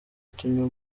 tunywa